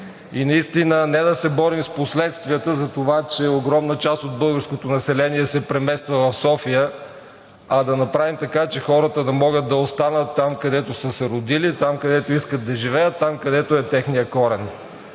райони? Не да се борим с последствията за това, че огромна част от българското население се премества в София, а да направим така, че хората да могат да останат там, където са се родили, там, където искат да живеят, там, където е техният корен.